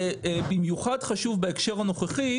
זה במיוחד חשוב בהקשר הנוכחי.